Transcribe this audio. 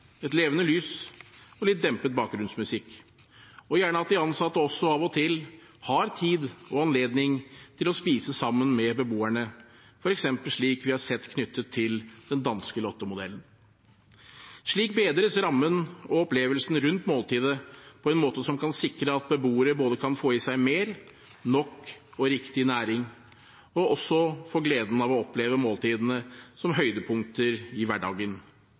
et levende lys og litt dempet bakgrunnsmusikk – og gjerne at de ansatte også av og til har tid og anledning til å spise sammen med beboerne, f.eks. slik vi har sett det knyttet til den danske Lotte-modellen. Slik bedres rammen og opplevelsen rundt måltidet på en måte som kan sikre at beboere både kan få i seg mer, nok og riktig næring, og også få gleden av å oppleve måltidene som høydepunkter i hverdagen.